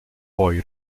poi